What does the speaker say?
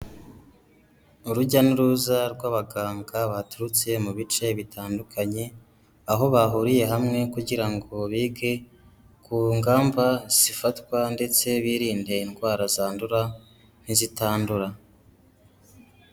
Urujya n' uruza rw' abaganga baturutse mu bice bitandukanye, aho bahuriye hamwe kugira ngo bige ku ngamba zifatwa, ndetse biririnde indwara zandura n’ izitandura.